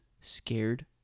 scared